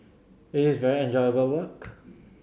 it is very enjoyable work